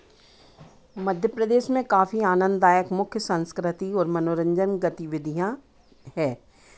मध्य प्रदेश में काफ़ी आनंददायक मुख्य संस्कृति और मनोरंजन गतिविधियाँ है